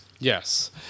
Yes